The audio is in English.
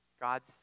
God's